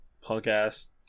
punk-ass